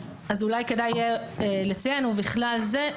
אולי כדאי יהיה לציין "ובכלל זה"